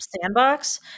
sandbox